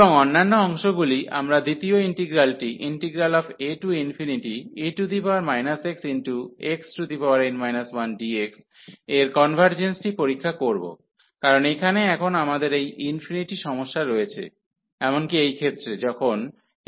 এবং অন্যান্য অংশগুলি আমরা দ্বিতীয় ইন্টিগ্রালটি ae xxn 1dx এর কনভার্জেন্স টি পরীক্ষা করব কারণ এখানে এখন আমাদের এই ইনফিনিটি সমস্যা রয়েছে এমনকি এই ক্ষেত্রে যখন n1